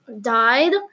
died